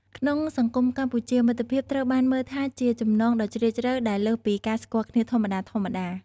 ក្នុងសង្គមកម្ពុជា មិត្តភាពត្រូវបានមើលថាជាចំណងដ៏ជ្រាលជ្រៅ ដែលលើសពីការស្គាល់គ្នាធម្មតាៗ។